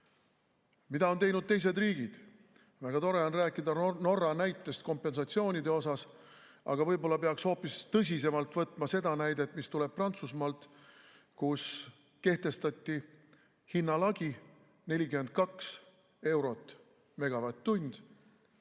Mida on teinud teised riigid? Väga tore on rääkida Norra näitest kompensatsioonide puhul, aga võib-olla peaks hoopis tõsisemalt võtma seda näidet, mis tuleb Prantsusmaalt, kus kehtestati hinnalaeks 42 eurot megavatt-tunni